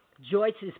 Joyce's